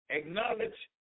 acknowledge